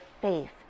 faith